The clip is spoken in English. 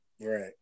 Right